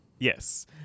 yes